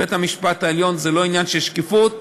בית-המשפט העליון זה לא עניין של שקיפות,